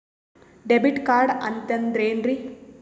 Debit card ಅಂತಂದ್ರೆ ಏನ್ರೀ?